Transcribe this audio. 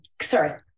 sorry